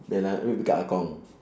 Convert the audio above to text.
then ah we become ah gong